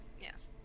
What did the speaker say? Yes